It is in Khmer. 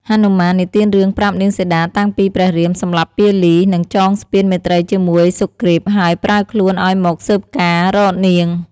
ហនុមាននិទានរឿងប្រាប់នាងសីតាតាំងពីព្រះរាមសម្លាប់ពាលី និងចងស្ពានមេត្រីជាមួយសុគ្រីពហើយប្រើខ្លួនឱ្យមកស៊ើបការណ៍រកនាង។